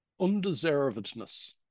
Undeservedness